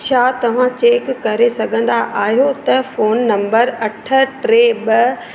छा तव्हां चेक करे सघंदा आहियो त फोन नंबर अठ टे ॿ